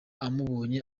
amubonye